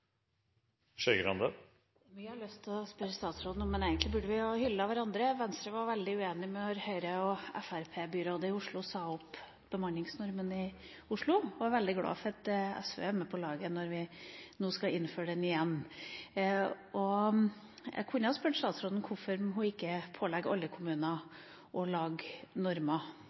jeg har lyst til å spørre statsråden om, men egentlig burde vi hyllet hverandre. Venstre var veldig uenig da Høyre og Fremskrittsparti-byrådet i Oslo sa opp bemanningsnormen, og er veldig glad for at SV er med på laget når vi nå skal innføre den igjen. Jeg kunne ha spurt statsråden om hvorfor hun ikke pålegger alle